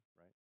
right